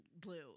blue